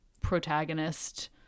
protagonist